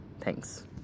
Thanks